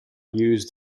used